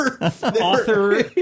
Author